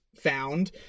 found